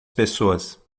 pessoas